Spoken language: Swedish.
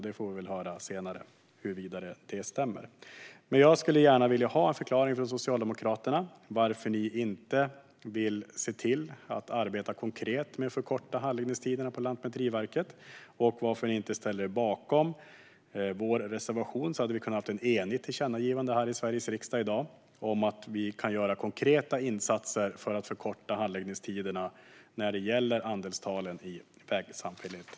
Vi får väl höra senare huruvida det stämmer. Jag vill gärna få en förklaring från Socialdemokraterna till varför de inte vill se till att arbeta konkret med att förkorta handläggningstiderna på Lantmäteriet och varför de inte ställer sig bakom vår reservation. Då hade vi kunnat ha ett enigt tillkännagivande från Sveriges riksdag i dag om att det kan göras konkreta insatser för att förkorta handläggningstiderna när det gäller andelstalen i vägsamfälligheter.